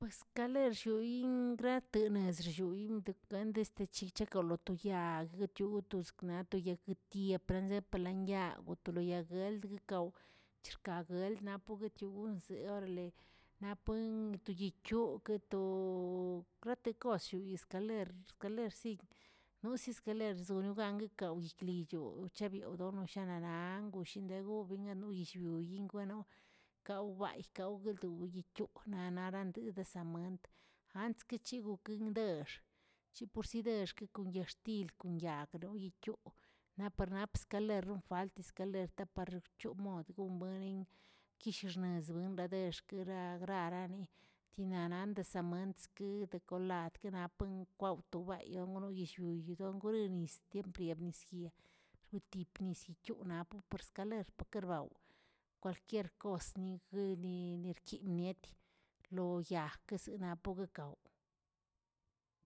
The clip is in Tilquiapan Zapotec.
Skalerlloyin grate nezrlloim dekanteschichakolotp yag goto gotosgnak wto yag tiempl telazə telanyagə wa to lo yag gueldg kaꞌo c̱hixka gueldg napoꞌ guetioꞌ gonlzeꞌe orale napeꞌn toyikogchogueꞌ to grate kosyoyiz skaler skaler siꞌn, nosin skaler zoꞌnoganguekliwchio chebiow dona shanaꞌa nang koshindegooguiꞌ no yillbioꞌ yingwanoꞌ kawbaayꞌ kawgueldoꞌyguiꞌ naꞌ naradasen de samant ants kichugukindexə chiporsi dexki kon yaaxtil kon yagronoiꞌyoo', napar nap skaleroꞌn falt skaler tapar orchoꞌmode gombuenin, kish znersbuin radexkira grarani tinanaꞌ daa samantski de kolad kenapen kwaotoꞌ bayon wniyillweyodun dongoreyiz timep yenizyes wrtipe nis iyoonaꞌ napo por skaler parkerbaoꞌ, kwalquir kos niguəni nikerniet lo yagksə napgəkaꞌo.